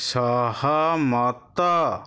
ସହମତ